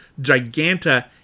Giganta